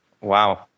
Wow